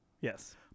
yes